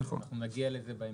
אנחנו נגיע לזה בהמשך.